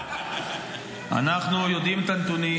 למה לא רוצים אותם?